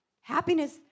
Happiness